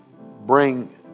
bring